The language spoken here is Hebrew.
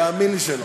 תאמין לי שלא.